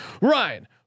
Ryan